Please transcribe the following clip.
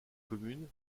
communes